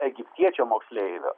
egiptiečio moksleivio